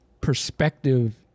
perspective